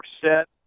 set